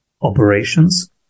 operations